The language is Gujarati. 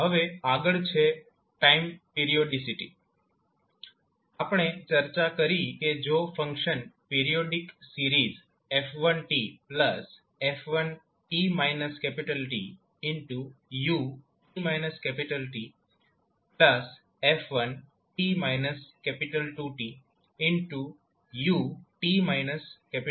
હવે આગળ છે ટાઈમ પીરીયોડીસીટી આપણે ચર્ચા કરી કે જો ફંક્શન પીરીયોડીક સિરીઝ 𝑓1𝑡 𝑓1𝑡−𝑇 𝑢𝑡−𝑇 𝑓1𝑡−2𝑇 𝑢𝑡−2𝑇